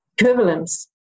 equivalence